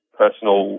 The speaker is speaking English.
personal